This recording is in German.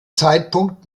zeitpunkt